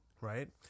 right